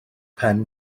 pen